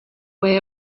way